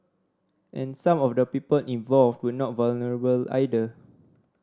and some of the people involved would not vulnerable either